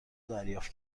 دریافت